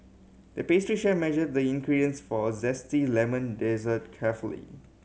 the pastry chef measured the ingredients for zesty lemon dessert carefully